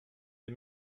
des